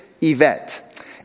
event